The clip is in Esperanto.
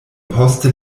poste